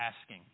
asking